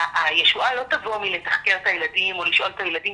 הישועה לא תבוא מלתחקר את הילדים או לשאול את הילדים,